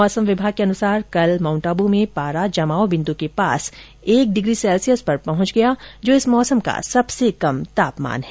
मौसम विभाग के अनुसार कल माउंट आबू में पारा जमाव बिन्दू के पास एक डिग्री सैल्सियस पर पहुंच गया जो इस मौसम का सबसे कम तापमान है